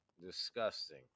Disgusting